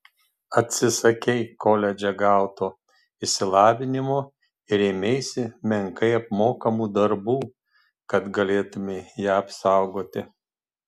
atsisakei koledže gauto išsilavinimo ir ėmeisi menkai apmokamų darbų kad galėtumei ją apsaugoti